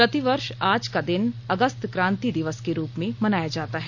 प्रतिवर्ष आज का दिन अगस्त क्रांति दिवस के रूप में मनाया जाता है